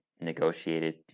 negotiated